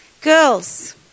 Girls